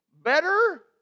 better